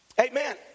amen